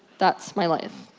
that's my life.